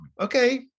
okay